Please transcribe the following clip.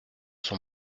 son